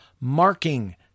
marking